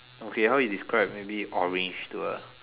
okay how you describe maybe orange to a